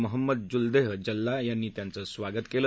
मोहम्मद जुल्देह जल्ला यांनी त्यांचं स्वागत केलं